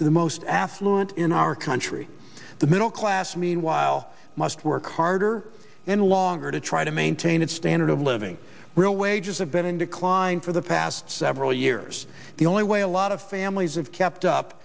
to the most affluent in our country the middle class meanwhile must work harder and longer to try to maintain its standard of living real wages have been in decline for the past several years the only way a lot of families have kept up